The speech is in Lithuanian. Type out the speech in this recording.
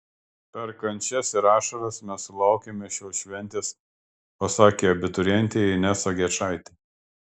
per kančias ir ašaras mes sulaukėme šios šventės pasakė abiturientė inesa gečaitė